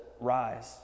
rise